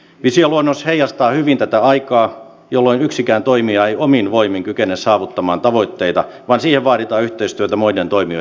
visioluonnos heijastaa hyvin tätä aikaa jolloin yksikään toimija ei omin voimin kykene saavuttamaan tavoitteita vaan siihen vaaditaan yhteistyötä muiden toimijoiden kanssa